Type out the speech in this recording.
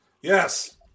Yes